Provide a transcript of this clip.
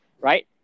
right